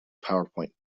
powerpoint